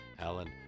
Alan